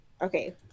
Okay